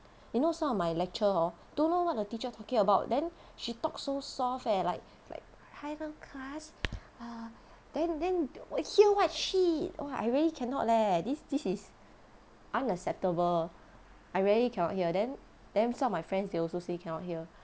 you know some of my lecture hor don't know what the teacher talking about then she talk so soft eh like like hello class uh then then hear what shit !wah! I really cannot leh this this is unacceptable I really cannot hear then then some of my friends they also say they cannot hear